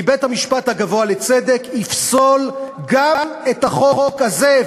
כי בית-המשפט הגבוה לצדק יפסול גם את החוק הזה.